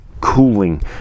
cooling